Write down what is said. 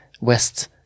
West